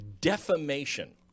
defamation